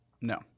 No